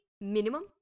minimum